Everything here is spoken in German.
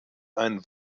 ein